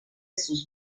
sus